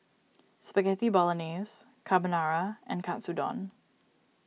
Spaghetti Bolognese Carbonara and Katsudon